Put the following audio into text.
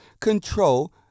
control